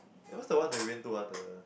eh what's the one that we went to ah the